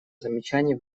замечаний